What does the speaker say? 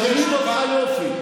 שומעים אותך יופי.